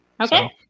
Okay